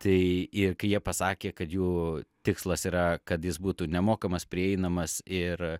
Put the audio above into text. tai kai jie pasakė kad jų tikslas yra kad jis būtų nemokamas prieinamas ir